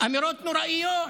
אמירות נוראיות,